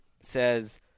says